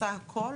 עושה הכול